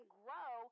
grow